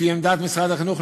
לפי עמדת משרד החינוך,